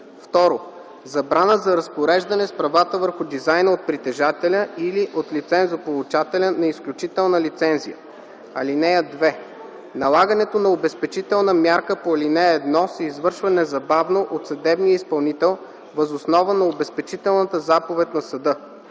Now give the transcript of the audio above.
2. забрана за разпореждане с правата върху дизайна от притежателя или от лицензополучателя на изключителна лицензия. (2) Налагането на обезпечителна мярка по ал. 1 се извършва незабавно от съдебния изпълнител въз основа на обезпечителната заповед на съда.